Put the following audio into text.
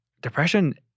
Depression